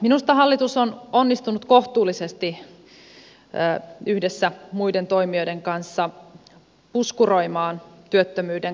minusta hallitus on onnistunut kohtuullisesti yhdessä muiden toimijoiden kanssa puskuroimaan työttömyyden kasvua